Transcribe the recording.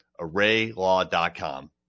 ArrayLaw.com